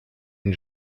une